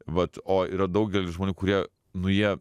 vat o yra daugelis žmonių kurie nu jie